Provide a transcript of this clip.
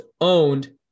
owned